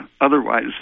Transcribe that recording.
otherwise